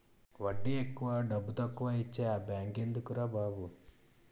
వడ్డీ ఎక్కువ డబ్బుతక్కువా ఇచ్చే ఆ బేంకెందుకురా బాబు